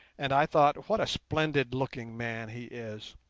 and i thought, what a splendid-looking man he is!